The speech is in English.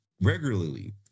regularly